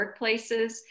workplaces